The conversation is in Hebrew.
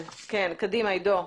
כן, קדימה, עידו.